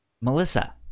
melissa